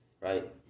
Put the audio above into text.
Right